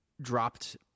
dropped